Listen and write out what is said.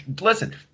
listen